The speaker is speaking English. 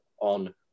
on